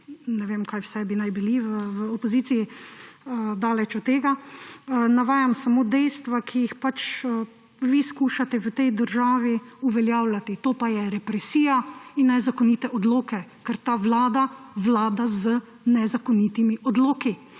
ne vem, kaj vse bi naj bili v opoziciji, daleč od tega. Navajam samo dejstva, ki jih pač vi skušate v tej državi uveljavljati. To pa je represija in nezakonite odloke, ker ta vlada vlada z nezakonitimi odloki